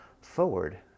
forward